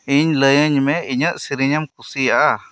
ᱤᱧ ᱞᱟᱹᱭᱟᱹᱧ ᱢᱮ ᱤᱧᱟᱜ ᱥᱤᱨᱤᱧ ᱮᱢ ᱠᱩᱥᱤᱭᱟᱜ ᱟ